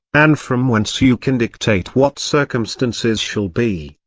and from whence you can dictate what circumstances shall be,